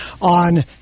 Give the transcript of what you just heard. on